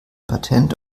patent